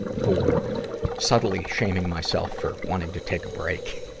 for subtly shaming myself for wanting to take a break?